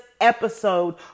episode